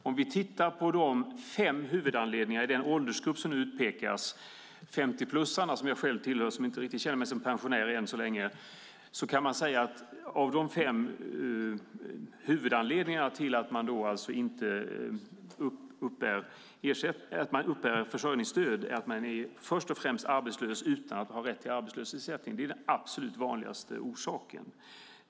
Om vi tittar på de fem huvudanledningar i den åldersgrupp som nu utpekas, 50-plussarna som jag själv tillhör även om jag inte riktigt känner mig som pensionär än så länge, kan man säga att en av de fem huvudanledningarna till att man uppbär försörjningsstöd är att man först och främst är arbetslös utan att ha rätt till arbetslöshetsersättning. Det är den absolut vanligaste orsaken.